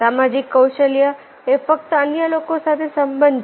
સામાજિક કૌશલ્ય એ ફક્ત અન્ય લોકો સાથે બંધન છે